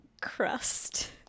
Crust